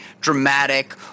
dramatic